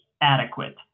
adequate